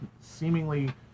seemingly